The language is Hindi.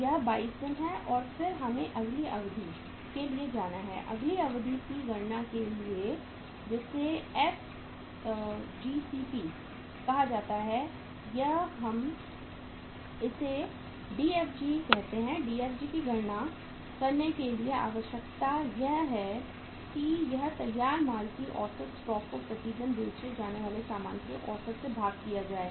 यह 22 दिन है और फिर हमें अगली अवधि के लिए जाना है अगली अवधि की गणना के लिए जिसे FGCP कहा जाता है या हम इसे DFG कहते हैं DFG की गणना करने के लिए आवश्यकता यह है कि यह तैयार माल के औसत स्टॉक को प्रतिदिन बेचे जाने वाले सामान के औसत से भाग किया जाए